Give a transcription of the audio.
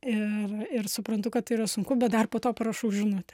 ir ir suprantu kad tai yra sunku bet dar po to parašau žinutę